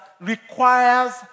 requires